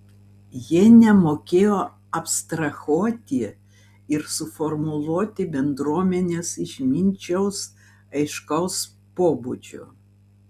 jie nemokėjo abstrahuoti ir suformuluoti bendruomenės išminčiaus aiškaus pobūdžio